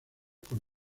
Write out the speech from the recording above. con